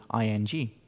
ing